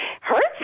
hurts